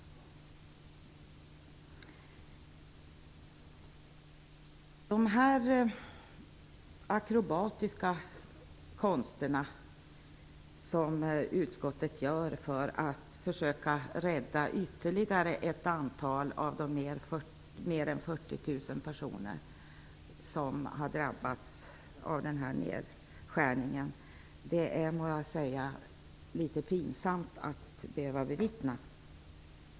De akrobatiska konsterna i utskottet för att försöka rädda ytterligare ett antal av de mer än 40 000 personer som har drabbats av nedskärningen är det litet pinsamt att behöva bevittna.